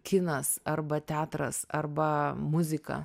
kinas arba teatras arba muzika